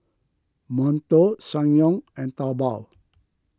Monto Ssangyong and Taobao